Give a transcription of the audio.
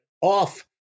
off